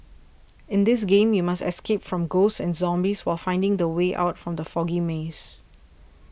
in this game you must escape from ghosts and zombies while finding the way out from the foggy maze